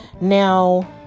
Now